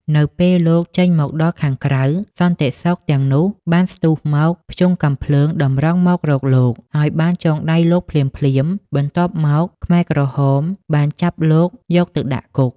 នៅពេលលោកចេញមកដល់ខាងក្រៅ សន្តិសុខទាំងនោះបានស្ទុះមកភ្ជង់កាំភ្លើងតម្រង់មករកលោក ហើយបានចងដៃលោកភ្លាមៗ បន្ទាប់មក ខ្មែរក្រហមបានចាប់លោកយកទៅដាក់គុក។